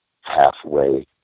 halfway